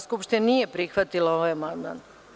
skupština nije prihvatila ovaj amandman.